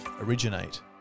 originate